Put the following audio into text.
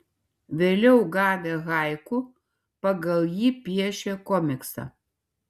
vėliau gavę haiku pagal jį piešė komiksą